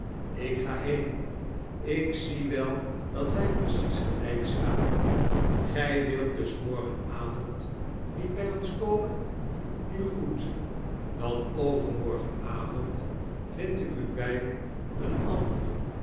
ik ga heen ik zie wel dat wij precies gelijk staan gij wilt dus morgen avond met bij pns komen nu goed dan overmorgen avond vind ik u bij een ander